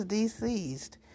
deceased